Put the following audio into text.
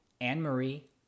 Anne-Marie